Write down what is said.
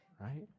right